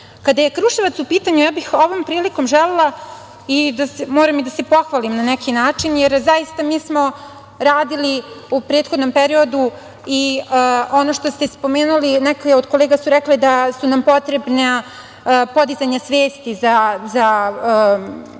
je Kruševac u pitanju, ja ovom prilikom želela i moram i da se pohvalim na neki način, jer zaista mi smo radili u prethodnom periodu i ono što ste spomenuli… neko od kolega je rekao da nam je potrebno podizanje svesti za